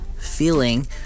feeling